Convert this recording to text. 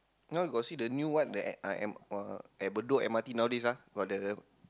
now you got see the new one that I am uh at Bedok M_R_T nowadays ah got the